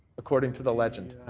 according to the legend.